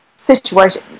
Situation